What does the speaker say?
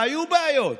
והיו בעיות.